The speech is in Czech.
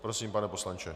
Prosím, pane poslanče.